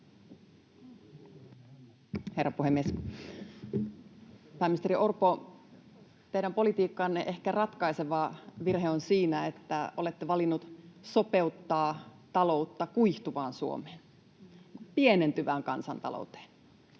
Pääministeri Orpo, teidän politiikkanne ehkä ratkaiseva virhe on siinä, että olette valinnut sopeuttaa taloutta kuihtuvaan Suomeen, pienentyvään kansantalouteen,